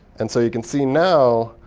and so you can see now,